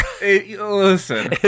Listen